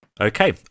Okay